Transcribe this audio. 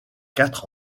quatre